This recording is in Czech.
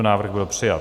Návrh byl přijat.